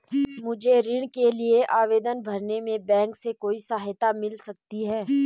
मुझे ऋण के लिए आवेदन भरने में बैंक से कोई सहायता मिल सकती है?